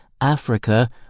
Africa